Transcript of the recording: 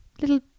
little